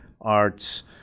arts